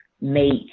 make